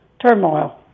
turmoil